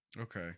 Okay